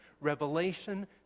Revelation